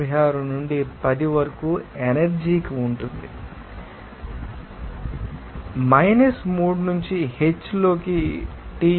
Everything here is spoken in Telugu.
56 నుండి 10 వరకు ఎనర్జీ కి ఉంటుంది మైనస్ 3 నుండి హెచ్ లోకి టి